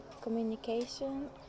communication